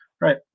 Right